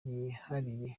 yihariye